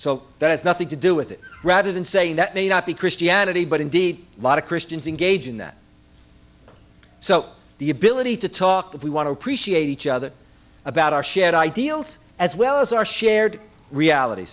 so that has nothing to do with it rather than saying that may not be christianity but indeed a lot of christians engage in that so the ability to talk if we want to appreciate each other about our shared ideals as well as our shared realit